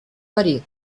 verí